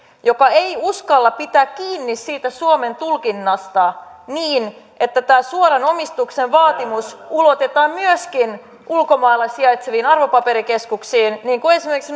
joka ei uskalla pitää kiinni suomen tulkinnasta niin että suoran omistuksen vaatimus ulotetaan myöskin ulkomailla sijaitseviin arvopaperikeskuksiin niin kuin esimerkiksi